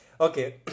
Okay